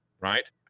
right